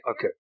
okay